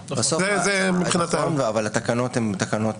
זה נכון, אבל התקנות הן תקנות